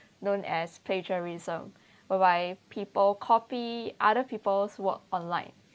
known as plagiarism whereby people copy other people's work online